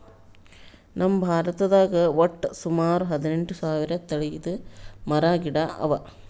ನಮ್ ಭಾರತದಾಗ್ ವಟ್ಟ್ ಸುಮಾರ ಹದಿನೆಂಟು ಸಾವಿರ್ ತಳಿದ್ ಮರ ಗಿಡ ಅವಾ